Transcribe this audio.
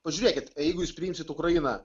pažiūrėkit jeigu jūs priimsite ukrainą